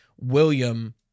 William